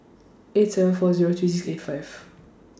eight seven four Zero three six eight five